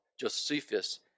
Josephus